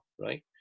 right